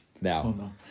Now